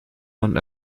non